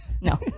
No